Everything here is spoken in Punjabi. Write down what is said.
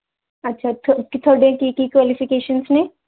ਅੱਛਾ ਅੱਛਾ ਤੁਹਾਡੀ ਕੀ ਕੀ ਕੁਆਲੀਫਿਕੇਸ਼ਨਸ ਨੇ